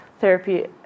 therapy